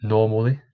Normally